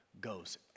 goes